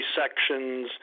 sections